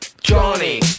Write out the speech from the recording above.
Johnny